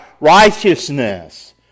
righteousness